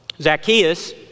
Zacchaeus